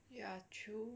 ya true